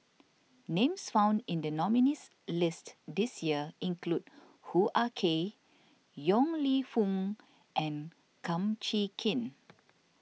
names found in the nominees' list this year include Hoo Ah Kay Yong Lew Foong and Kum Chee Kin